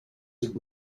had